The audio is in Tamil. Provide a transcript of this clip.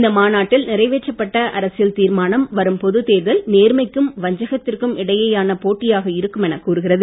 இந்த மாநாட்டில் நிறைவேற்றப்பட்ட அரசியல் தீர்மானம் வரும் பொது தேர்தல் நேர்மைக்கும் வஞ்சகத்திற்கும் இடையேயான போட்டியாக இருக்கும் என கூறுகிறது